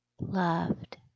loved